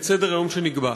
את סדר-היום שנקבע".